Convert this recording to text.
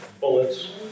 bullets